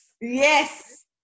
Yes